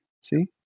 see